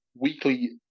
weekly